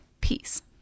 peace